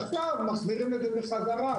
עכשיו מחזירים את זה בחזרה,